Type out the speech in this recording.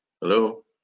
Hello